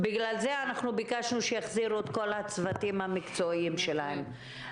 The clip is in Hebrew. בגלל זה אנחנו ביקשנו שיחזירו את כל הצוותים המקצועיים שלהם.